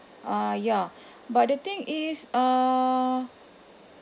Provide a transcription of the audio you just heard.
uh ya but the thing is uh